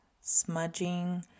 smudging